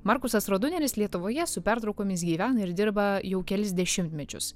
markusas roduneris lietuvoje su pertraukomis gyvena ir dirba jau kelis dešimtmečius